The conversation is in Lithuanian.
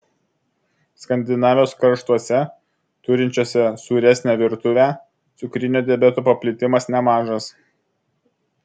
skandinavijos kraštuose turinčiuose sūresnę virtuvę cukrinio diabeto paplitimas nemažas